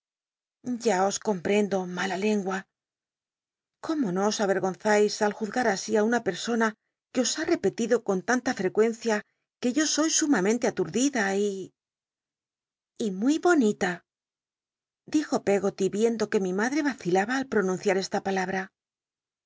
os co mprendo mala lengua cómo no os aergonzais al juzgar asi á una persona que os ha repetido con tanta frecuencia que yo soy sumamente aturdida y y muy bonita dijo peggoly l'icndo que mi madre y cilaba al pronunciar esta palabra